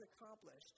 accomplished